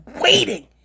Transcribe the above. waiting